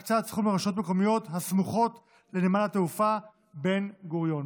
הקצאת סכום לרשויות המקומיות הסמוכות לנמל התעופה בן-גוריון).